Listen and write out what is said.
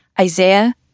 Isaiah